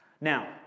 now